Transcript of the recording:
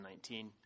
2019